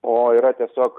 o yra tiesiog